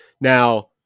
Now